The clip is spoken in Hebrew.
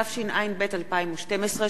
התשע"ב 2012,